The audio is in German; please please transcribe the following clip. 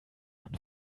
man